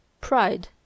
pride